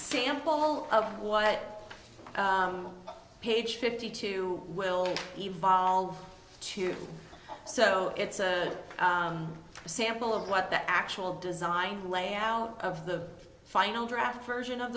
sample of what page fifty two will evolve to so it's a sample of what the actual design layout of the final draft version of